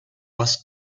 was